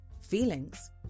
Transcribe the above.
feelings